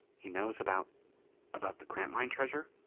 he knows about about the grantline treasure?